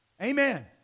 Amen